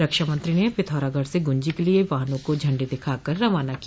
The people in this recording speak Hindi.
रक्षामंत्री ने पिथौरागढ स गुंजी के लिए वाहनों को झण्डी दिखाकर रवाना किया